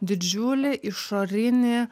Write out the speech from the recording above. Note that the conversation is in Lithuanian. didžiulį išorinį